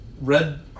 Red